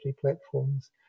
platforms